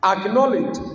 Acknowledge